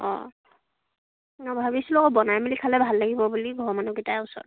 অঁ মই ভাবিছিলোঁ আকৌ বনাই মেলি খালে ভাল লাগিব বুলি ঘৰৰ মানুহকেইটাই ওচৰত